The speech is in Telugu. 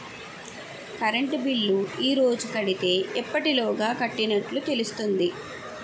కరెంట్ బిల్లు ఈ రోజు కడితే ఎప్పటిలోగా కట్టినట్టు తెలుస్తుంది?